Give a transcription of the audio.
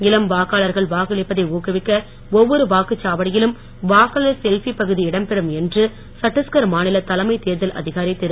இளம் வாக்காளர்கள் வாக்களிப்பதை ஊக்குவிக்க ஒவ்வொரு வாக்குச்சாவடியிலும் வாக்காளர் செல்ஃபி பகுதி இடம் பெறும் என்று சட்டீஸ்கர் மாநில தலைமைத் தேர்தல் அதிகாரி திரு